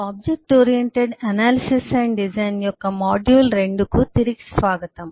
object oriented analysis and design యొక్క module 2 కు తిరిగి స్వాగతం